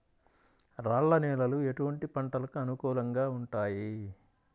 రాళ్ల నేలలు ఎటువంటి పంటలకు అనుకూలంగా ఉంటాయి?